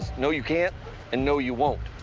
no, you can't and no, you won't.